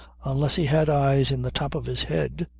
unless he had eyes in the top of his head.